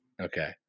Okay